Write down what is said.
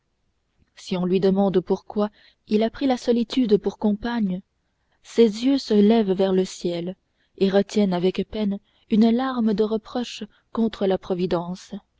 si on lui demande pourquoi il a pris la solitude pour compagne ses yeux se lèvent vers le ciel et retiennent avec peine une larme de reproche contre la providence